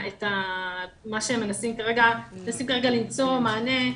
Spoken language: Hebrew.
מנסים כרגע למצוא מענה.